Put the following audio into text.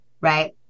right